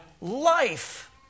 life